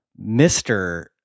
Mr